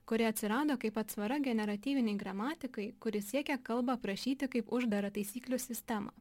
kuri atsirado kaip atsvara generatyvinei gramatikai kuri siekia kalbą aprašyti kaip uždarą taisyklių sistemą